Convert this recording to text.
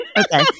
Okay